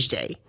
day